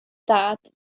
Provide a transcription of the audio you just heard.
dad